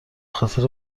خاطر